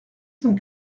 cent